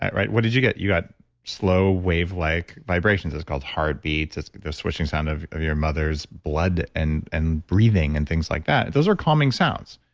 right, what did you get? you got slow, wave-like vibrations it's called heartbeats. it's the swishing sound of of your mother's blood and and breathing and things like that those are calming sounds.